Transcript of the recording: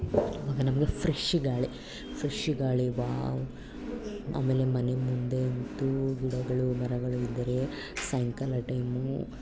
ಅವಾಗ ನಮಗೆ ಫ್ರೆಶ್ ಗಾಳಿ ಫ್ರೆಶ್ ಗಾಳಿ ವಾವ್ ಆಮೇಲೆ ಮನೆ ಮುಂದೆ ಗಿಡಗಳು ಮರಗಳು ಇದ್ದರೆ ಸಾಯಂಕಾಲ ಟೈಮು